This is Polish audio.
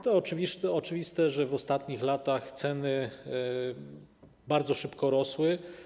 To oczywiste, że w ostatnich latach ceny bardzo szybko rosły.